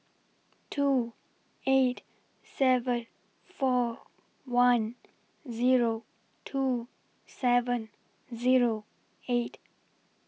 two eight seven four one Zero two seven Zero eight